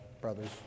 brothers